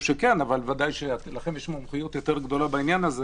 שכן אבל ודאי לכם יש מומחיות יותר גדולה בעניין הזה